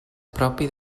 propi